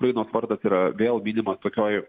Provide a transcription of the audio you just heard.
ukrainos vardas yra vėl minimas tokioj